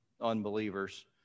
unbelievers